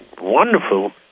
wonderful